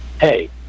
hey